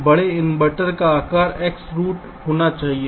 तो बड़े इन्वर्टर का आकार √X होना चाहिए